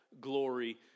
glory